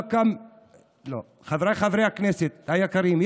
חבריי חברי הכנסת היקרים,